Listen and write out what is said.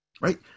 Right